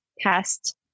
past